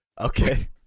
Okay